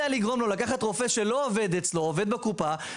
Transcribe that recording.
לקחת רופא שלא עובד אצלו אלא עובד בקופה,